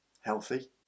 Healthy